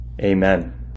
Amen